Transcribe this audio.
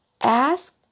Ask